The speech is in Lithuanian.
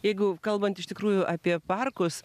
jeigu kalbant iš tikrųjų apie parkus